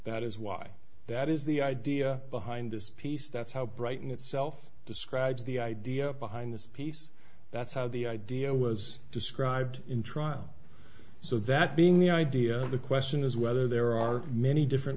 that is why that is the idea behind this piece that's how brighton itself describes the idea behind this piece that's how the idea was described in trial so that being the idea of the question is whether there are many different